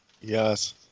Yes